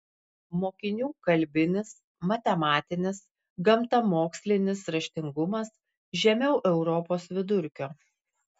mokinių kalbinis matematinis gamtamokslinis raštingumas žemiau europos vidurkio